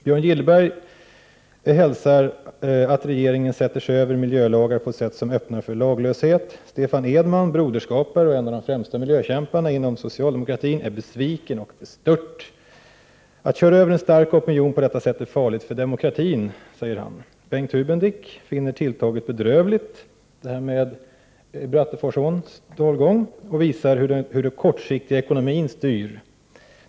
Björn Gillberg hälsar att regeringen sätter sig över miljölagar på ett sätt som öppnar för laglöshet. Stefan Edman, Broderskapare och en av de främsta miljökämparna inom socialdemokratin, är besviken och bestört. Att köra över en stark opinion på detta sätt är farligt för demokratin, säger han. Bengt Hubendick finner tilltaget bedrövligt, dvs. det som sker i Bratteforsåns dalgång, och visar hur den kortsiktiga ekonomin styr.